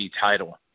title